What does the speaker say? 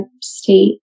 state